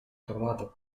trovato